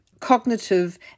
cognitive